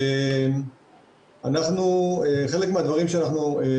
ודיסקוטקים ששם אנחנו אוכפים